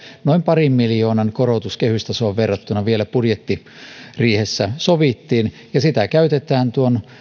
noin parin miljoonan korotus kehystasoon verrattuna vielä budjettiriihessä sovittiin ja sitä käytetään